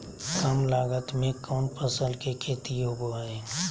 काम लागत में कौन फसल के खेती होबो हाय?